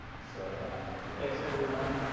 so so thanks everyone